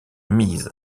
mise